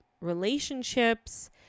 relationships